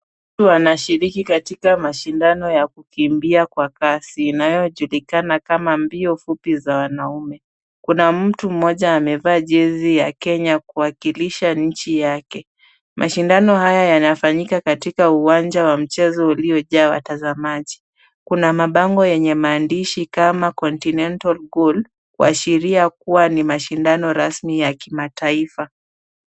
Huku wanashiriki katika mashindano ya kukimbia kwa kasi inayojulikana kama mbio fupi za wanaume. Kuna mtu mmoja amevaa jezi ya Kenya kuwakilisha nchi yake. Mashindano haya yanafanyika katika uwanja wa mchezo uliojaa watazamaji. Kuna mabango yenye maandishi kama continental gold , kuashiria kuwa ni mashindano rasmi ya kimataifa.